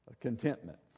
Contentment